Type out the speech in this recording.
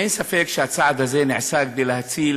אין ספק שהצעד הזה נעשה כדי להציל